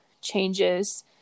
changes